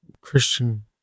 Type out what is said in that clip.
Christian